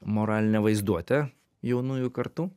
moralinę vaizduotę jaunųjų kartų